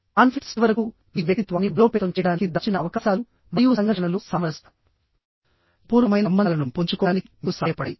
conflicts చివరకు మీ వ్యక్తిత్వాన్ని బలోపేతం చేయడానికి దాచిన అవకాశాలు మరియు సంఘర్షణలు సామరస్యపూర్వకమైన సంబంధాలను పెంపొందించుకోవడానికి మీకు సహాయపడతాయి